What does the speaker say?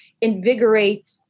invigorate